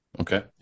Okay